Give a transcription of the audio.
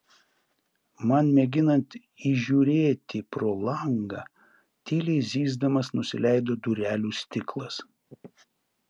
man mėginant įžiūrėti pro langą tyliai zyzdamas nusileido durelių stiklas